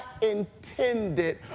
intended